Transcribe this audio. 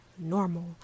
normal